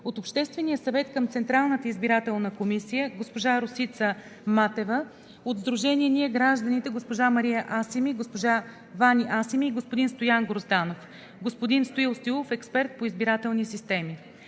от Обществения съвет към Централната избирателна комисия: госпожа Росица Матева; от Сдружение „Ние гражданите“ – госпожа Мария Асими, госпожа Вани Асими и господин Стоян Грозданов; господин Стоил Стоилов – експерт по Избирателни системи.